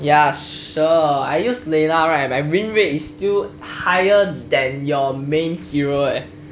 ya sure I use layla right my win rate is still higher than your main hero eh